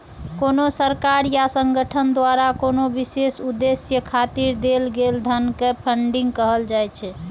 कोनो सरकार या संगठन द्वारा कोनो विशेष उद्देश्य खातिर देल गेल धन कें फंडिंग कहल जाइ छै